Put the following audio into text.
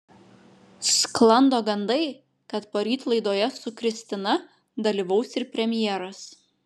sklando gandai kad poryt laidoje su kristina dalyvaus ir premjeras